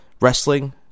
wrestling